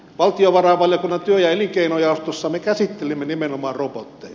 valtiovarainvaliokunnan työ ja elinkeinojaostossa me käsittelimme nimenomaan robotteja